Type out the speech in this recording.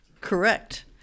Correct